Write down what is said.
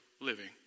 living